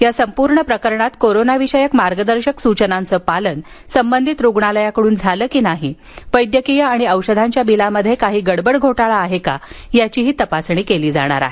या संपूर्ण प्रकरणात कोरोनाविषयक मार्गदर्शक सूचनांचं पालन संबंधित रुग्णालयाकडून झालं की नाही वैद्यकीय आणि औषधांच्या बिलात काही गडबड घोटाळा आहे काय याचीही तपासणी केली जाणार आहे